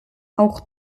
auch